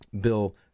Bill